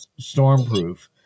stormproof